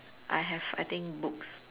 I have I think books